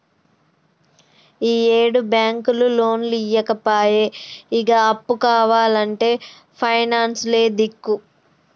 ఈయేడు బాంకులు లోన్లియ్యపాయె, ఇగ అప్పు కావాల్నంటే పైనాన్సులే దిక్కు